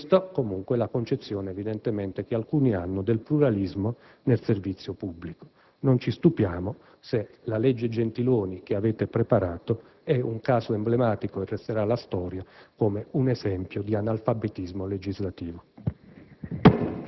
Questa è evidentemente la concezione che alcuni membri del Governo hanno del pluralismo nel servizio pubblico. Non ci stupiamo se la legge Gentiloni che avete preparato è un caso emblematico, e resterà alla storia, come un esempio di analfabetismo legislativo.